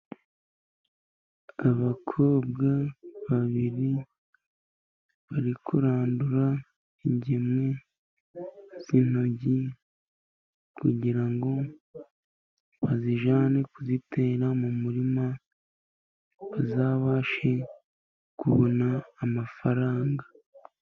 Abakobwa babiri barikurandura ingemwe z'intoryi kugirango bazijyane kuzitera mu murima, bazabashe kubona amafaranga.